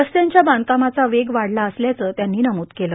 रस्त्यांच्या बांधकामाचा वेग वाढला असल्याचं त्यांनी नमूद केले